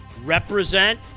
Represent